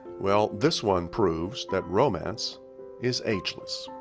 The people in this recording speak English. well, this one proves that romance is ageless.